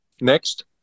next